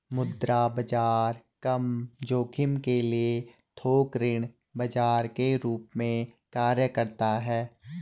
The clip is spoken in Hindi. मुद्रा बाजार कम जोखिम के लिए थोक ऋण बाजार के रूप में कार्य करता हैं